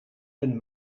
een